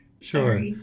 Sure